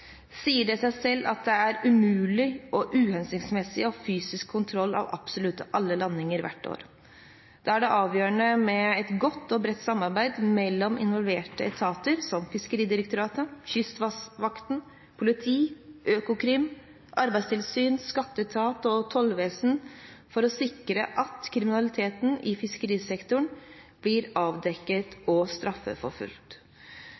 sier det seg selv at det er umulig og uhensiktsmessig å ha fysisk kontroll av absolutt alle landinger hvert år. Da er det avgjørende med et godt og bredt samarbeid mellom involverte etater som Fiskeridirektoratet, Kystvakten, politiet, Økokrim, Arbeidstilsynet, Skatteetaten og Tollvesenet for å sikre at kriminaliteten i fiskerisektoren blir